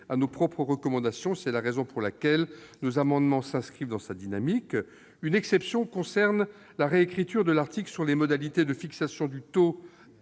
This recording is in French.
à nos propres recommandations. C'est la raison pour laquelle nos amendements s'inscrivent dans sa dynamique. Je relève toutefois une exception, concernant la réécriture de l'article sur les modalités de fixation du taux